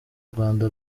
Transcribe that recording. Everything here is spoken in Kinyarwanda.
rwanda